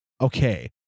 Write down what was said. Okay